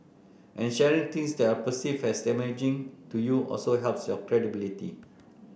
and sharing things that are perceived as damaging to you also helps your credibility